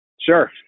Sure